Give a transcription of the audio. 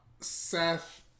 Seth